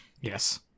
Yes